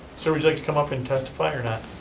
sir, would you like to come up and testify or not?